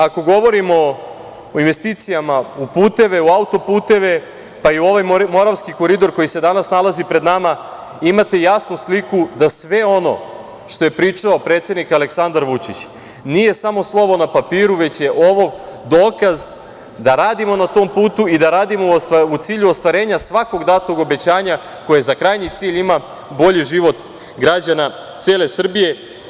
Ako govorimo o investicijama u puteve, u auto-puteve, pa i u ovaj Moravski koridor koji se danas nalazi pred nama, imate jasnu sliku da sve ono što je pričao predsednik Aleksandar Vučić nije samo slovo na papiru, već je ovo dokaz da radimo na putu i da radimo u cilju ostvarenja svakog datog obećanja koje za krajnji cilj ima bolji život građana cele Srbije.